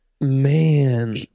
Man